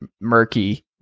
murky